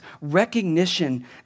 recognition